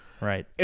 Right